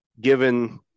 given